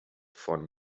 von